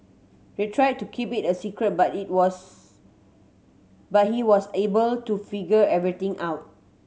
they tried to keep it a secret but it was but he was able to figure everything out